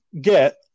get